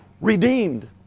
redeemed